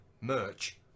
merch